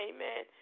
Amen